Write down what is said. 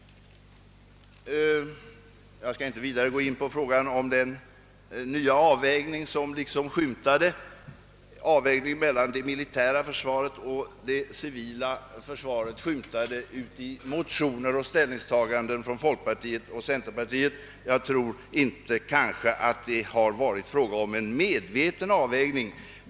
Jag skall inte vidare gå in på frågan om den nya avvägning mellan det militära och det civila försvaret som skymtat i motioner och ställningstaganden från folkpartiet och centerpartiet. Jag tror inte att det kanske har varit fråga om en medveten avvägning.